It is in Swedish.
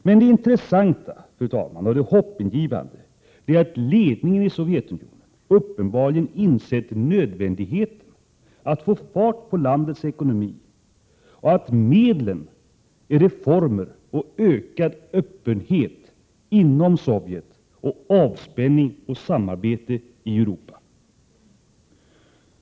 Men det intressanta och hoppingivande, fru talman, är att ledningen i Sovjetunionen uppenbarligen insett nödvändigheten av att få fart på landets ekonomi och att medlet är reformer och ökad öppenhet inom Sovjetunionen och avspänning och samarbete i Europa.